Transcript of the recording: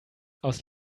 aus